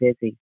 busy